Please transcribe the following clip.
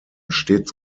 stets